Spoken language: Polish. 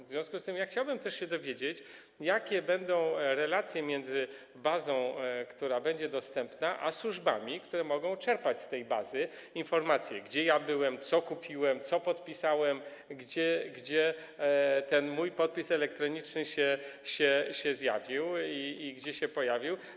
W związku z tym chciałbym się też dowiedzieć, jakie będą relacje między bazą, która będzie dostępna, a służbami, które mogą czerpać z tej bazy informacje, gdzie ja byłem, co kupiłem, co podpisałem, gdzie ten mój podpis elektroniczny się zjawił i gdzie się pojawił.